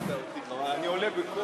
סיבכת אותי, אני עולה בכוח.